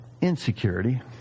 insecurity